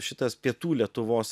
šitas pietų lietuvos